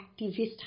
activist